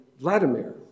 Vladimir